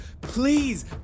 Please